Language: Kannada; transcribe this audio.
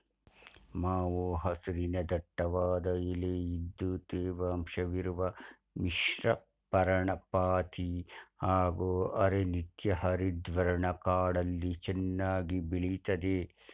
ಮಾವು ಹಸಿರಿನ ದಟ್ಟವಾದ ಎಲೆ ಇದ್ದು ತೇವಾಂಶವಿರುವ ಮಿಶ್ರಪರ್ಣಪಾತಿ ಹಾಗೂ ಅರೆ ನಿತ್ಯಹರಿದ್ವರ್ಣ ಕಾಡಲ್ಲಿ ಚೆನ್ನಾಗಿ ಬೆಳಿತದೆ